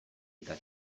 eta